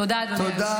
תודה, אדוני היושב-ראש.